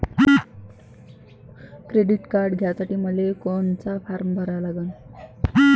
Credit card घ्यासाठी मले कोनचा फारम भरा लागन?